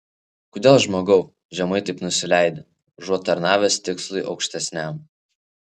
kodėl žmogau žemai taip nusileidi užuot tarnavęs tikslui aukštesniam